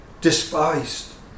despised